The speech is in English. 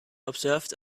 observed